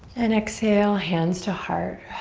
and exhale hands to heart.